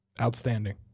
Outstanding